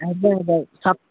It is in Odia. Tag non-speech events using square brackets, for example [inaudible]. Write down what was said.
ଆଜ୍ଞା ହଉ [unintelligible]